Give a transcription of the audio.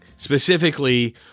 Specifically